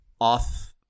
off